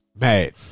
mad